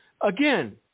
Again